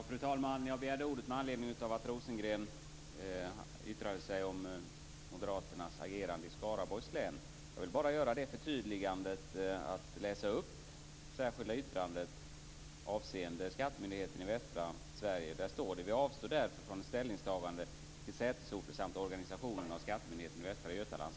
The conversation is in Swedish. Fru talman! Jag begärde ordet med anledning av att Rosengren yttrade sig om moderaternas agerande i Skaraborgs län. Jag vill bara göra ett förtydligande genom att läsa upp det särskilda yttrandet avseende skattemyndigheten i västra Sverige: "Vi avstår därför från ett ställningstagande till sätesorten samt organisationen av Skattemyndigheten i Västra Götaland."